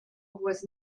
was